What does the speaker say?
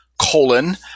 colon